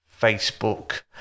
Facebook